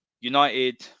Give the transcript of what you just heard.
United